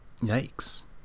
Yikes